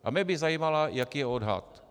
A mě by zajímalo, jaký je odhad.